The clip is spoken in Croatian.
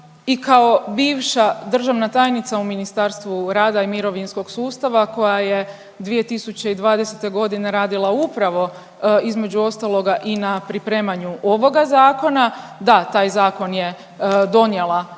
i kao bivša državna tajnica u Ministarstvu rada i mirovinskog sustava koja je 2020.g. radila upravo između ostaloga i na pripremanju ovoga zakona, da, taj zakon je donijela Vlada